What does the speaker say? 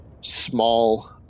small